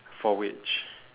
for which